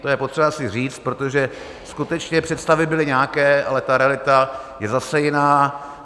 To je potřeba říct, protože skutečně představy byly nějaké, ale ta realita je zase jiná.